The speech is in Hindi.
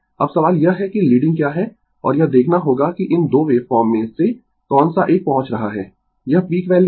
अब सवाल यह है कि लीडिंग क्या है और यह देखना होगा कि इन 2 वेव फॉर्म में से कौन सा एक पहुँच रहा है यह पीक वैल्यू है